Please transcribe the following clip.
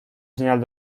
señal